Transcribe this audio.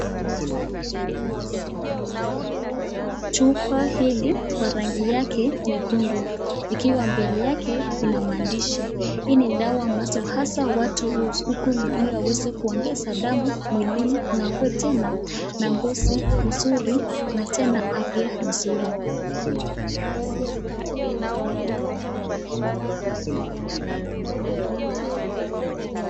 Chupa hili kwa rangi yake nyekundu, ikiwa mbele yake kuna maandishi. Hii ni dawa ambazo hasa watu hukunywa ili waweze kuongeza damu mwilini na wakuwe tena na ngozi mzuri na tena afya nzuri.